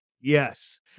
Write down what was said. yes